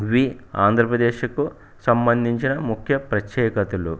ఇవి ఆంధ్రప్రదేశ్కు సంబంధించిన ముఖ్య ప్రత్యేకతలు